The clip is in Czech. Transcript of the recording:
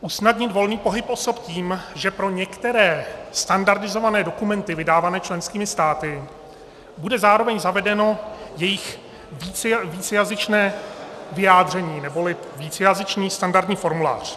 ... usnadnit volný pohyb osob tím, že pro některé standardizované dokumenty vydávané členskými státy bude zároveň zavedeno jejich vícejazyčné vyjádření neboli vícejazyčný standardní formulář.